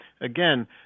Again